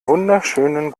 wunderschönen